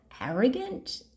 arrogant